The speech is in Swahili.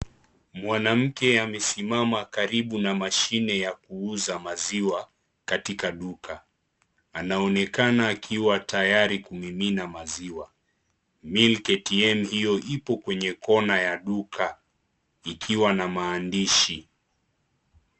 Mwanamke amesimama karibu na mashine ya kuuza maziwa katika duka. Anaonekana akiwa tayari kumimina maziwa. Milk ATM hiyo iko kwenye kona ya duka ikiwa na maandishi..